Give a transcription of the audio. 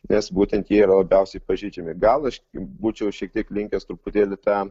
nes būtent jie yra labiausiai pažeidžiami gal aš būčiau šiek tiek linkęs truputėlį tą